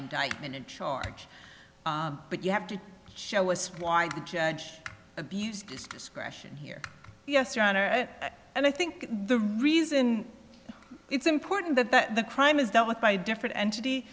indictment and charge but you have to show us why the judge abused its discretion here yes your honor and i think the reason it's important that that the crime is dealt with by a different entity